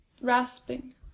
rasping